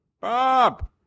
Bob